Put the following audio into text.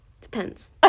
Depends